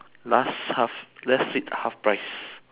duster I think and a tissue box ah